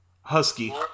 Husky